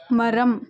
மரம்